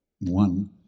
one